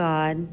God